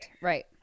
right